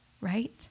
right